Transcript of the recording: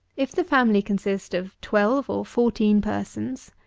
if the family consist of twelve or fourteen persons,